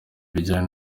ibijyanye